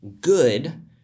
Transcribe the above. good